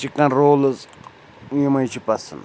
chicken rolls یِمَے چھِ پَسنٛد